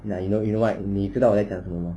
ya you know you know what I 你我在讲什么 mah